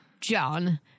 John